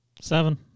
Seven